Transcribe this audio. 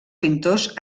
pintors